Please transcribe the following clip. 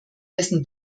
dessen